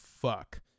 fuck